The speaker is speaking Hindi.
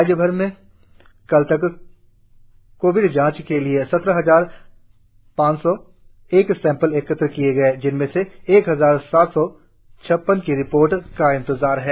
राज्यभर में कल तक कोविड जांच के लिए सत्रह हजार पांच सौ एक सैंपल एकत्र किए गए जिसमें से एक हजार सात सौ छप्पन की रिपोर्ट का इंतजार है